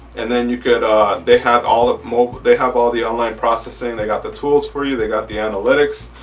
and then you could they have all of mobile they have all the online processing they got the tools for you they got the analytics.